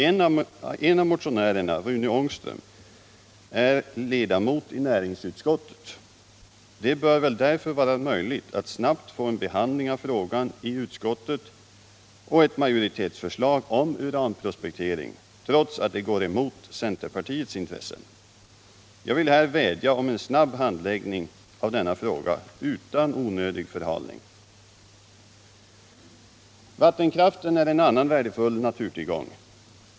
En av motionärerna, Rune Ångström, är ledamot i näringsutskottet. Det bör väl därför vara möjligt att snabbt få en behandling av frågan i utskottet och ett majoritetsförslag om uranprospektering, trots att det går mot centerpartiets intressen. Jag vill vädja om en snabb handläggning av denna fråga utan onödig förhalning. Vattenkraften är en annan värdefull naturtillgång.